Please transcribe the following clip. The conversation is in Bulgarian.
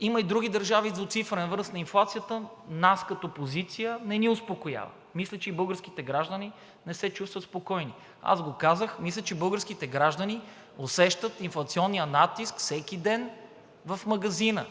има и други държави, с двуцифрен ръст на инфлацията, нас като позиция не ни успокоява, мисля, че и българските граждани не се чувстват спокойни. Аз го казах, мисля, че българските граждани усещат инфлационния натиск всеки ден в магазина,